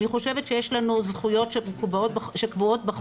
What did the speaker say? אני חושבת שיש לנו זכויות שקבועות בחוק,